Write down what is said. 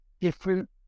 different